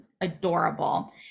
adorable